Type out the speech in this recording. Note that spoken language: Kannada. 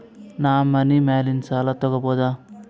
ನಾ ಮನಿ ಮ್ಯಾಲಿನ ಸಾಲ ತಗೋಬಹುದಾ?